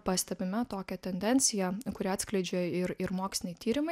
pastebime tokią tendenciją kurią atskleidžia ir ir moksliniai tyrimai